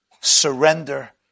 surrender